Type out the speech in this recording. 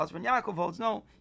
No